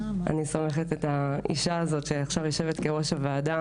אני סומכת על האישה הזאת שעכשיו יושבת כראש הוועדה